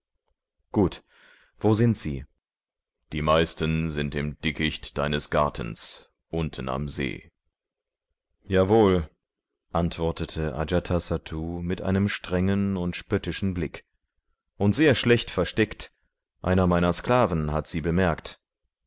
gut wo sind sie die meisten sind im dickicht deines gartens unten am see jawohl antwortete ajatasattu mit einem strengen und spöttischen blick und sehr schlecht versteckt einer meiner sklaven hat sie bemerkt